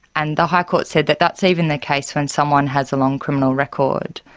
and the high court said that that's even the case when someone has a long criminal record.